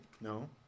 No